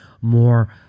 more